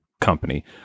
company